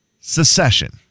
Secession